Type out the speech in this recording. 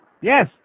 Yes